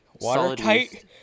Watertight